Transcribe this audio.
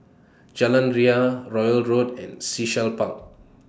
Jalan Ria Royal Road and Sea Shell Park